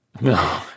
No